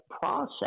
process